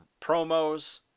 promos